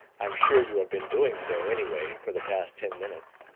i'm sure you have been doing so, anyway, for the past ten minutes!